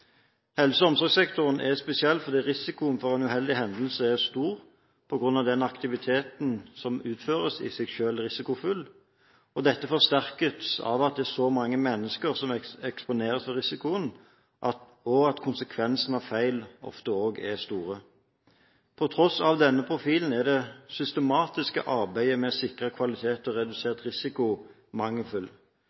Helse- og omsorgssektoren er spesiell fordi risikoen for en uheldig hendelse er stor på grunn av at den aktiviteten som utføres, i seg selv er risikofull. Dette forsterkes av at det er så mange mennesker som eksponeres for risikoen, og at konsekvensene av feil ofte er store. På tross av denne profilen er det systematiske arbeidet med å sikre kvalitet og redusere risiko